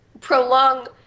prolong